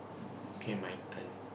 K my turn